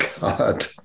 God